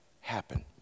happen